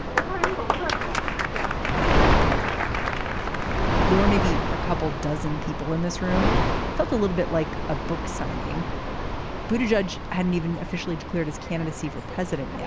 um there were maybe a couple dozen people in this room felt a little bit like a book signing but a judge hadn't even officially declared his candidacy for president yet.